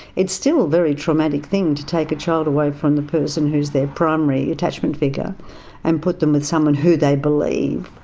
it's still a very traumatic thing to take a child away from the person who's their primary attachment figure and put them with someone who they believe